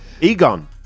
Egon